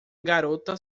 garota